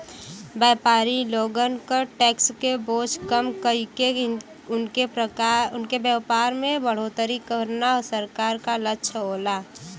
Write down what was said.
व्यापारी लोगन क टैक्स क बोझ कम कइके उनके व्यापार में बढ़ोतरी करना सरकार क लक्ष्य होला